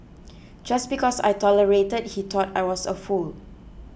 just because I tolerated he thought I was a fool